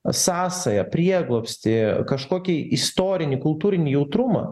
sąsają prieglobstį kažkokį istorinį kultūrinį jautrumą